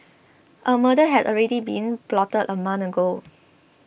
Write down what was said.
a murder had already been plotted a month ago